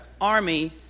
army